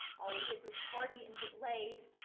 all we did was party and get laid,